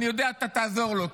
אני יודע שתעזור לו,